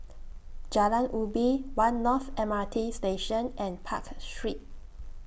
Jalan Ubi one North M R T Station and Park Street